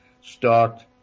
start